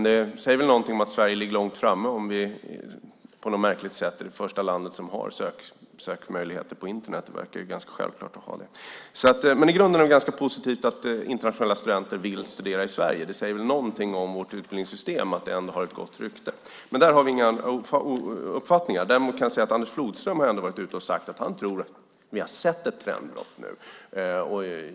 Det säger väl någonting om att Sverige ligger långt framme, om vi på något märkligt sätt är det första landet som har sökmöjligheter på Internet. Det verkar ganska självklart att ha det. Men i grunden är det ganska positivt att internationella studenter vill studera i Sverige. Det säger något om att vårt utbildningssystem ändå har ett gott rykte. Där har vi ingen annan uppfattning. Däremot har Anders Flodström varit ute och sagt att vi ser ett trendbrott nu.